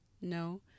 no